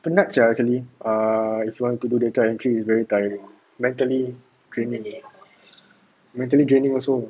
penat sia actually err if you want to do data entry very tiring mentally draining mentally draining also